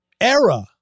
era